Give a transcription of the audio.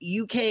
UK